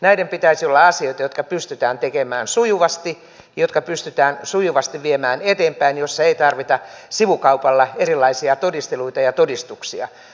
näiden pitäisi olla asioita jotka pystytään tekemään sujuvasti jotka pystytään sujuvasti viemään eteenpäin joissa ei tarvita sivukaupalla erilaisia todisteluita ja todistuksia